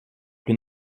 plus